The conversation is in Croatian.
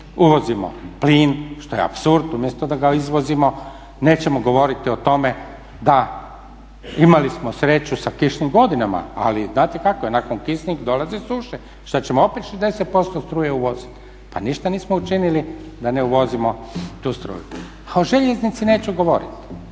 uvozimo plin što je apsurd umjesto da ga izvozimo. Nećemo govoriti o tome da smo imali sreću sa kišnim godinama, ali znate kako je nakon kišnih dolaze suše. Šta ćemo opet 60% struje uvoziti? Pa ništa nismo učinili da ne uvozimo tu struju. A o željeznici neću govoriti.